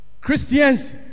Christians